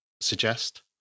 suggest